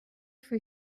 für